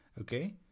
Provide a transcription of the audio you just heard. okay